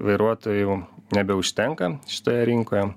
vairuotojų nebeužtenka šitoje rinkoje